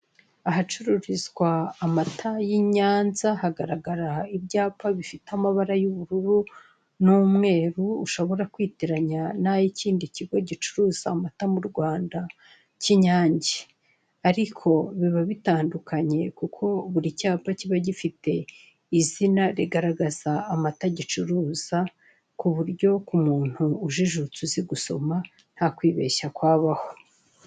Ahacururizwa amata y'inyanza hagaragara ibyapa bifite amabara y'umweru ushobora kwitiranya n'ikindi kigo gicuruza amata mu Rwanda cy'Inyange, ariko biba bitandukanye kuko buri cyapa kiba gifite izina rigaragaza amata gicuruza ku buryo k'umuntu ujijutse uzi gusoma ntakwibeshya kwabaho.